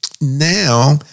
Now